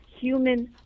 human